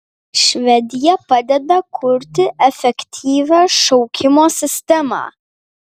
švedija padeda kurti efektyvią šaukimo sistemą